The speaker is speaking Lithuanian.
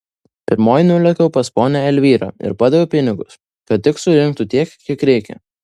pirmoji nulėkiau pas ponią elvyrą ir padaviau pinigus kad tik surinktų tiek kiek reikia